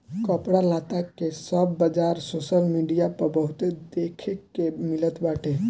कपड़ा लत्ता के सब बाजार सोशल मीडिया पअ बहुते देखे के मिलत बाटे